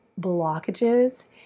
blockages